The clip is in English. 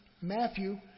Matthew